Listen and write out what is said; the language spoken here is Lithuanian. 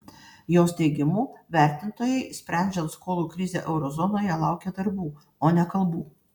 jos teigimu vertintojai sprendžiant skolų krizę euro zonoje laukia darbų o ne kalbų